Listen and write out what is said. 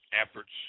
efforts